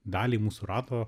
daliai mūsų rato